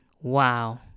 Wow